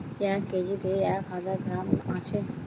এক কেজিতে এক হাজার গ্রাম আছে